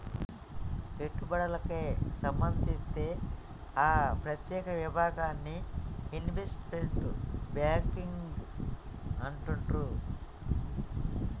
పెట్టుబడులకే సంబంధిత్తే ఆ ప్రత్యేక విభాగాన్ని ఇన్వెస్ట్మెంట్ బ్యేంకింగ్ అంటుండ్రు